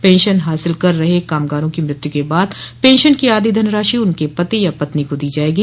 pension हासिल कर रहे कामगार की मृत्यु के बाद पेंशन की आधी धनराशि उनके पति या पत्नी को दी जाएगी